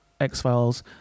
X-Files